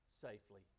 safely